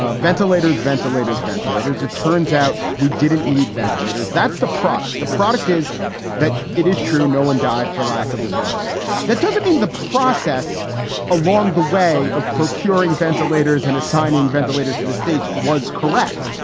ah ventilators, ventilators, ventilators. it turns out we didn't need ventilators. that's the product. the product is that it is true. no one died for lack of a ventilator. that doesn't mean the process along the way of procuring ventilators and assigning ventilators to the states was correct.